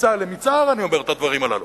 בצער את הדברים הללו.